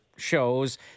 shows